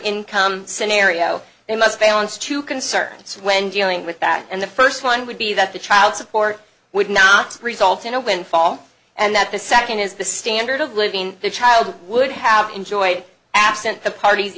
income scenario they must fail it's two concerns when dealing with that and the first one would be that the child support would not result in a windfall and that the second is the standard of living the child would have enjoyed absent the parties